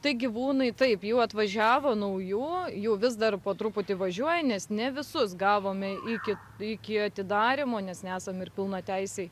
tai gyvūnai taip jų atvažiavo naujų jų vis dar po truputį važiuoja nes ne visus gavome iki iki atidarymo nes nesam ir pilnateisiai